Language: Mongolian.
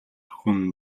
хүн